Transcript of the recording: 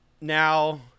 now